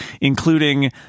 including